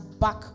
back